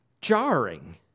jarring